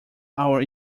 our